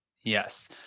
yes